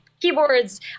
keyboards